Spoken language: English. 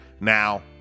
now